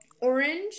orange